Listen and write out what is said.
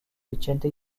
vicente